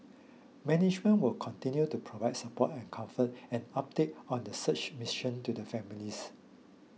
management will continue to provide support and comfort and updates on the search mission to the families